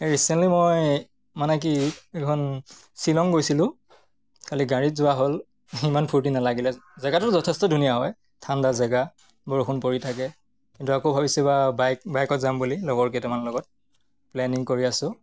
এই ৰিচেণ্টলি মই মানে কি এইখন শ্বিলং গৈছিলোঁ খালি গাড়ীত যোৱা হ'ল ইমান ফূৰ্তি নালাগিলে জেগাটো যথেষ্ট ধুনীয়া হয় ঠাণ্ডা জেগা বৰষুণ পৰি থাকে কিন্তু আকৌ ভাবিছোঁ এইবাৰ বাইক বাইকত যাম বুলি লগৰ কেইটামান লগত প্লেনিং কৰি আছো